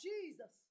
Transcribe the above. Jesus